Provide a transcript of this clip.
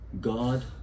God